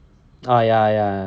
ah ya ya